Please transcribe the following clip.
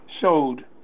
showed